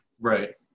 Right